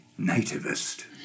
nativist